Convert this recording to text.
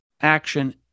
action